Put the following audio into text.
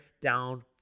down